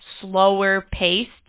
slower-paced